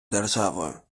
державою